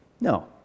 No